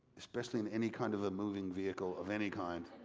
especially in any kind of a moving vehicle of any kind.